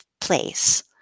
place